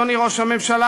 אדוני ראש הממשלה,